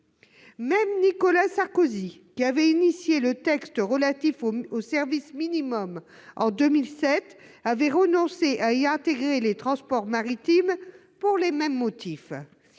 Même Nicolas Sarkozy, qui a eu l'initiative du texte relatif au service minimum, en 2007, avait renoncé à y inclure les transports maritimes pour les mêmes motifs.